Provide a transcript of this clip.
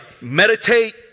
meditate